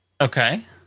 Okay